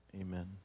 Amen